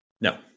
No